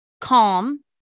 calm